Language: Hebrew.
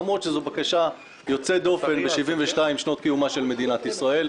למרות שזו בקשה יוצאת דופן ב-72 שנות קיומה של מדינת ישראל.